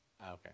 Okay